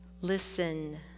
listen